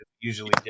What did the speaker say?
usually